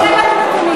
כמה בדקתם?